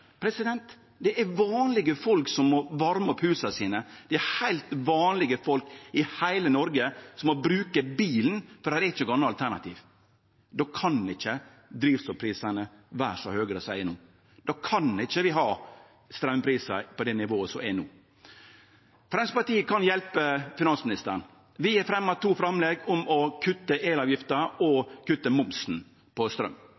Det er vanlege folk som må varme opp husa sine, og det er heilt vanlege folk i heile Noreg som må bruke bilen, for det er ikkje noko anna alternativ. Då kan ikkje drivstoffprisane vere så høge som dei er no, og då kan vi ikkje ha straumprisar på det nivået som er no. Framstegspartiet kan hjelpe finansministeren. Vi har fremja to framlegg om å kutte elavgifta og å kutte momsen på